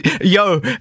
Yo